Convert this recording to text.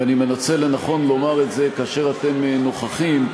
ואני מוצא לנכון לומר את זה כשאתם נוכחים: